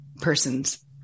person's